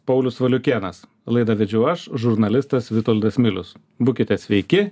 paulius valiukėnas laidą vedžiau aš žurnalistas vitoldas milius būkite sveiki